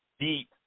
deep